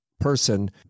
person